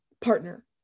Partner